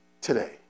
today